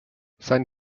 sein